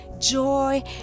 joy